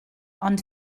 ond